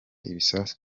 ibisasu